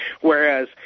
Whereas